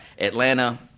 Atlanta